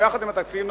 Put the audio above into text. או יחד עם התקציב,